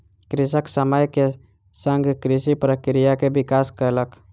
कृषक समय के संग कृषि प्रक्रिया के विकास कयलक